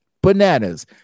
bananas